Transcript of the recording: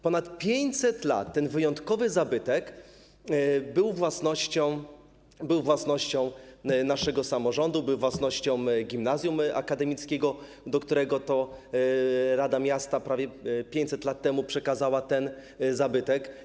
Ponad 500 lat ten wyjątkowy zabytek był własnością naszego samorządu, był własnością Gimnazjum Akademickiego, któremu rada miasta prawie 500 lat temu przekazała ten zabytek.